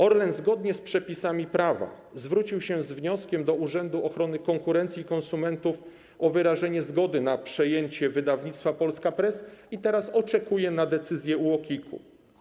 Orlen zgodnie z przepisami prawa zwrócił się z wnioskiem do Urzędu Ochrony Konkurencji i Konsumentów o wyrażenie zgody na przejęcie wydawnictwa Polska Press i teraz oczekuje na decyzję UOKiK-u.